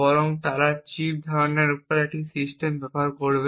বরং তারা চিপ ধারণার উপর একটি সিস্টেম ব্যবহার করবে